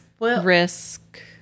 risk